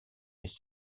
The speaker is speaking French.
les